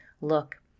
look